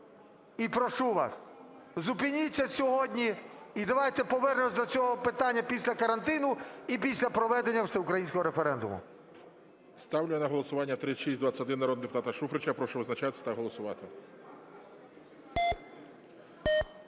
І прошу вас, зупиніться сьогодні і давайте повернемось до цього питання після карантину і після проведення всеукраїнського референдуму. ГОЛОВУЮЧИЙ. Ставлю на голосування 3621 народного депутата Шуфрича. Прошу визначатись та голосувати.